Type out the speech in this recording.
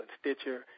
Stitcher